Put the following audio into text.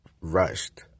rushed